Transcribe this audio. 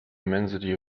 immensity